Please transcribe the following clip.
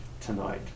tonight